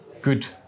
good